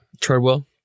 Treadwell